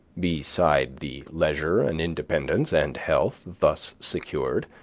beside the leisure and independence and health thus secured,